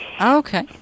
Okay